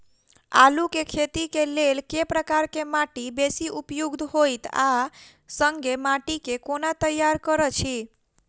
आलु केँ खेती केँ लेल केँ प्रकार केँ माटि बेसी उपयुक्त होइत आ संगे माटि केँ कोना तैयार करऽ छी?